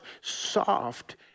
soft